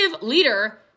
leader